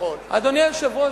אדוני היושב-ראש,